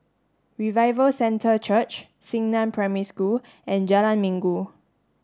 Revival Centre Church Xingnan Primary School and Jalan Minggu